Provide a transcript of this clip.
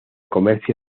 comercio